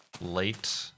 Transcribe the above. late